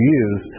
use